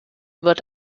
wird